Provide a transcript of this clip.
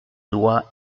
loi